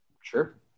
Sure